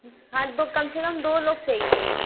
हाँ दो कम से कम दो लोग चाहिए